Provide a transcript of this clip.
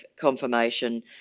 confirmation